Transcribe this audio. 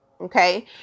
Okay